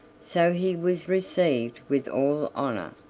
so he was received with all honor,